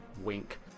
Wink